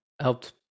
helped